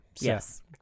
Yes